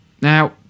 Now